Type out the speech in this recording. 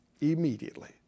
immediately